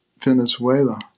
Venezuela